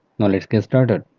now lets get started